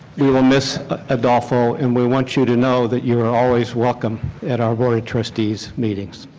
we will miss adolfo and we want you to know that you are always welcome at our board of trustees' meetings.